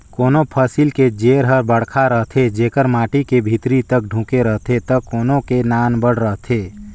कोनों फसिल के जेर हर बड़खा रथे जेकर माटी के भीतरी तक ढूँके रहथे त कोनो के नानबड़ रहथे